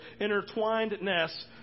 Intertwinedness